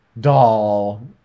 doll